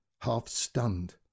half-stunned